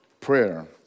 prayer